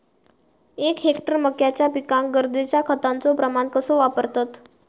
एक हेक्टर मक्याच्या पिकांका गरजेच्या खतांचो प्रमाण कसो वापरतत?